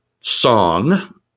song